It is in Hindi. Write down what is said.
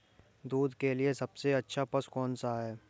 दूध के लिए सबसे अच्छा पशु कौनसा है?